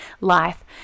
life